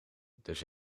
dus